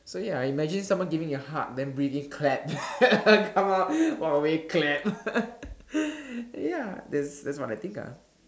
so ya imagine someone giving a hug then breathe in clap come out walk away clap ya that's that's what I think ah